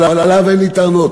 אבל עליו אין לי טענות.